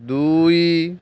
ଦୁଇ